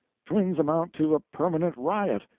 twins amount to a permanent riot.